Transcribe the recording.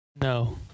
No